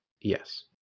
Yes